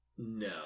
No